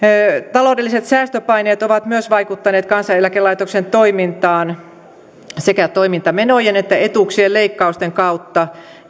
taloudelliset säästöpaineet ovat vaikuttaneet myös kansaneläkelaitoksen toimintaan sekä toimintamenojen että etuuksien leikkausten kautta